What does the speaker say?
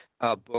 Book